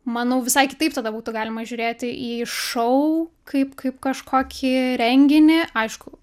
manau visai kitaip tada būtų galima žiūrėti į šou kaip kaip kažkokį renginį aišku